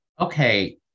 okay